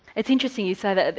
it's interesting you say that,